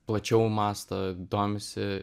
plačiau mąsto domisi